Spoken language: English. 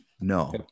No